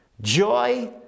joy